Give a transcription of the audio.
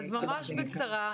ממש בקצרה,